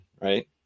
right